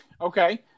Okay